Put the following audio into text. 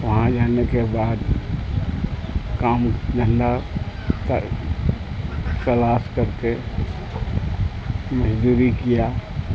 وہاں جانے کے بعد کام دھندا تلاش کر کے مزدوری کیا